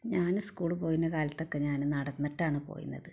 ഞാന് സ്കൂളിൽ പോയിരുന്ന കാലത്തൊക്കെ ഞാന് നടന്നിട്ടാണ് പോയിരുന്നത്